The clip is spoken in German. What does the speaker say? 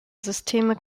systeme